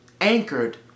anchored